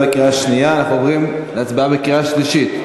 אנחנו עוברים להצבעה בקריאה שלישית.